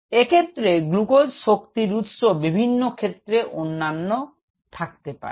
এ ক্ষেত্রে গ্লুকোজ শক্তির উৎস বিভিন্ন ক্ষেত্রে অন্যান্য থাকতে পারে